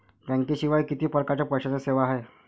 बँकेशिवाय किती परकारच्या पैशांच्या सेवा हाय?